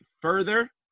further